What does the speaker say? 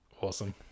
Awesome